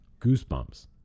goosebumps